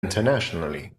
internationally